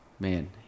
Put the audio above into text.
Man